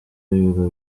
ibiro